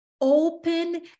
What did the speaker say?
open